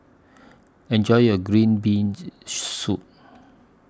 Enjoy your Green Beans Soup